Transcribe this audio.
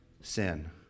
sin